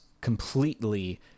completely